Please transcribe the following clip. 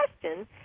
question